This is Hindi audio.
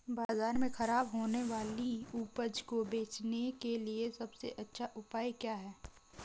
बाजार में खराब होने वाली उपज को बेचने के लिए सबसे अच्छा उपाय क्या हैं?